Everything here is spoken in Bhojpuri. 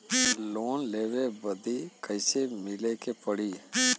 लोन लेवे बदी कैसे मिले के पड़ी?